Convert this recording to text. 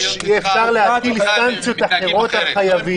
אפשר להטיל סנקציות אחרות על חייבים.